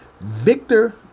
Victor